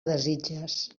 desitges